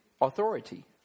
authority